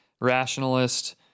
rationalist